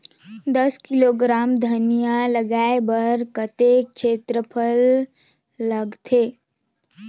दस किलोग्राम धनिया लगाय बर कतेक क्षेत्रफल लगथे?